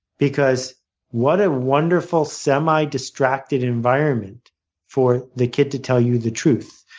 because what a wonderful, semi distracted environment for the kid to tell you the truth?